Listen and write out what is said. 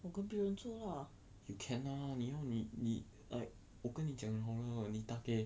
you can ah 你要你你 like 我跟你讲 liao 了你打给